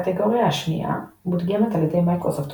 הקטגוריה השנייה מודגמת על ידי מיקרוסופט